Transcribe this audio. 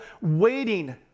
waiting